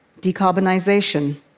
Decarbonisation